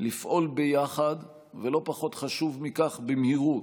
לפעול ביחד, ולא פחות חשוב מכך, במהירות,